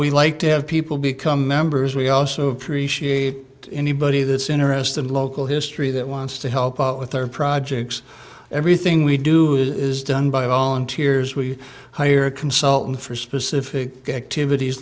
we like to have people become members we also appreciate anybody this interested local history that wants to help out with their projects everything we do is done by all interiors we hire a consultant for specific activities